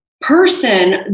person